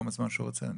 בבקשה: